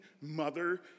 mother